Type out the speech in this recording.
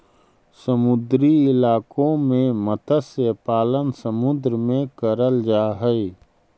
समुद्री इलाकों में मत्स्य पालन समुद्र में करल जा हई